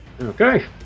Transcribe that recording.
Okay